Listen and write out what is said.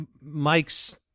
Mike's